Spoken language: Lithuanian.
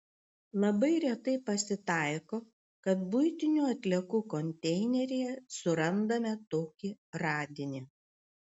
labai retai pasitaiko kad buitinių atliekų konteineryje surandame tokį radinį